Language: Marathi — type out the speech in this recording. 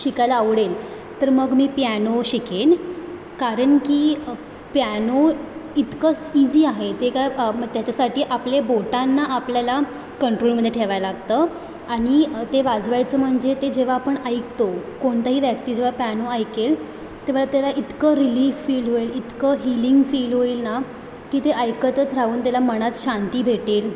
शिकायला आवडेल तर मग मी प्यानो शिकेन कारण की प्यानो इतकं इजी आहे ते काय त्याच्यासाठी आपले बोटांना आपल्याला कंट्रोलमध्ये ठेवायला लागतं आणि ते वाजवायचं म्हणजे ते जेव्हा आपण ऐकतो कोणत्याही व्यक्ती जेव्हा प्यानो ऐकेल तेव्हा त्याला इतकं रिलीफ फील होईल इतकं हीलिंग फील होईल ना की ते ऐकतच राहून त्याला मनात शांती भेटेल